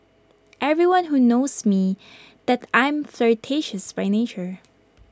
everyone who knows me that I am flirtatious by nature